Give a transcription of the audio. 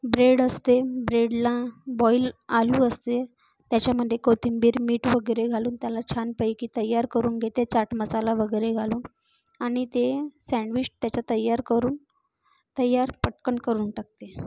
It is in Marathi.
ब्रेड असते ब्रेडला बॉइल आलू असते त्याच्यामध्ये कोथिंबीर मीठ वगैरे घालून त्याला छानपैकी तयार करून घेते चाट मसाला वगैरे घालून आणि ते सॅण्डविच त्याचं तयार करून तयार पटकन करून टाकते